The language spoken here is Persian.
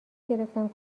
گرفتم